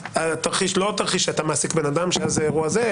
התרחיש שאתה מעסיק בן אדם שאז זה האירוע הזה,